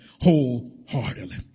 wholeheartedly